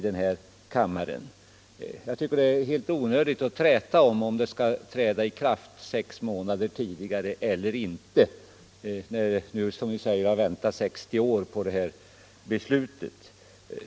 Det är helt onödigt att träta om huruvida den skall träda i kraft sex månader tidigare eller inte, när vi nu — som har sagts — har väntat i 60 år på beslutet.